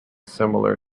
similar